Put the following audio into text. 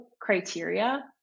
criteria